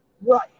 right